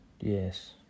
Yes